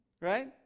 right